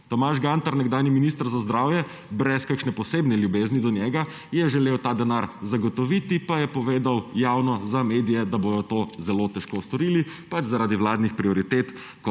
Tomaž Gantar, nekdanji minister za zdravje, brez kakšne posebne ljubezni do njega, je želel ta denar zagotoviti, pa je povedal javno za medije, da bodo to zelo težko storili, pač zaradi vladnih prioritet,